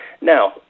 Now